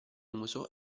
uso